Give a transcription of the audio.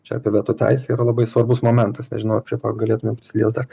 čia apie veto teisę yra labai svarbus momentas nežinau ar prie to galėtumėm prisiliest dar